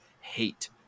hate